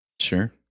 Sure